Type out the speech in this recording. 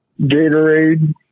Gatorade